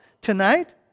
tonight